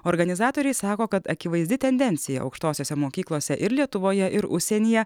organizatoriai sako kad akivaizdi tendencija aukštosiose mokyklose ir lietuvoje ir užsienyje